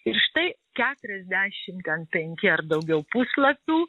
ir štai keturiasdešim ten penki ar daugiau puslapių